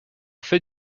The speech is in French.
fait